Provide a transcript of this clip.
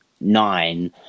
nine